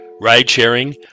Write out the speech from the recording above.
Ride-sharing